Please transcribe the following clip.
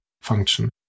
function